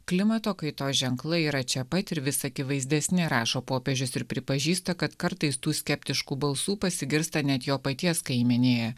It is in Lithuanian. klimato kaitos ženklai yra čia pat ir vis akivaizdesni rašo popiežius ir pripažįsta kad kartais tų skeptiškų balsų pasigirsta net jo paties kaimenėje